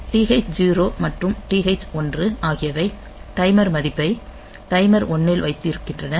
TH0 மற்றும் TH1 ஆகியவை timer மதிப்பை டைமர் 1 இல் வைத்திருக்கின்றன